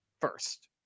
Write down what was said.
first